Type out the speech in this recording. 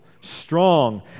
strong